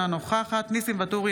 אינה נוכחת ניסים ואטורי,